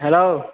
hello